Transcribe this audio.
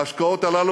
ההשקעות האלה,